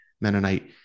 Mennonite